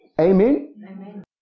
Amen